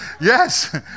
Yes